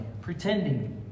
pretending